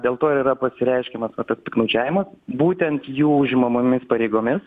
dėl to yra pasireiškiamas papiktnaudžiavimas būtent jų užimamomis pareigomis